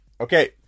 Okay